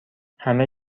همه